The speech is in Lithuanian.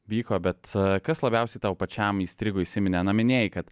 vyko bet kas labiausiai tau pačiam įstrigo įsiminė na minėjai kad